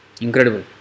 incredible